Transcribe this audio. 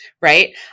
right